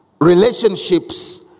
relationships